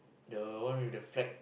the one with the flag